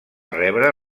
rebre